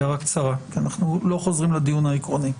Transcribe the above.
הערה קצרה כי אנחנו לא חוזרים לדיון העקרוני.